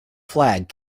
flag